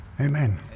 Amen